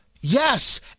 Yes